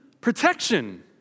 protection